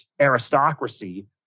aristocracy